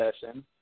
session